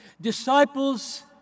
Disciples